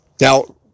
Now